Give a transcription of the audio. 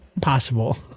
possible